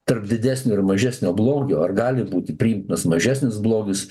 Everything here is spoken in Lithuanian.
tarp didesnio ir mažesnio blogio ar gali būti priimtinas mažesnis blogis